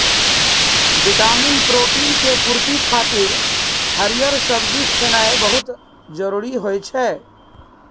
vitamin, protein के पूर्ति खातिर हरियर सब्जी खेनाय बहुत जरूरी होइ छै